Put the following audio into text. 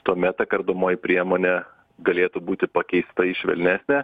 tuomet ta kardomoji priemonė galėtų būti pakeista į švelnesnę